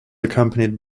accompanied